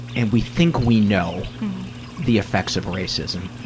and we think we know the effects of racism,